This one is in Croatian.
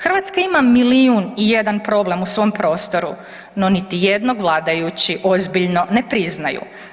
Hrvatska ima milijun i jedan problem u svom prostoru no niti jednog vladajući ozbiljno ne priznaju.